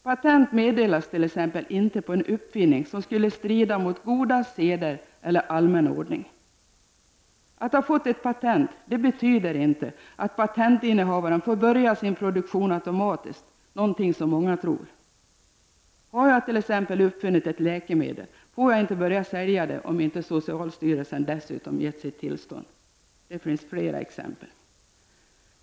Patent meddelas t.ex. inte på en uppfinning som skulle strida mot goda seder eller allmän ordning. Att ha fått ett patent betyder inte att patentinnehavaren får börja sin produktion automatiskt, något som många tror. Om jag t.ex. har uppfunnit ett läkemedel får jag inte börja sälja det om inte socialstyrelsen dessutom har givit sitt tillstånd. Det finns fler exempel.